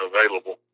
available